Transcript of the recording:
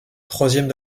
troisièmes